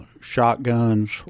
shotguns